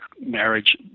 Marriage